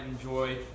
enjoy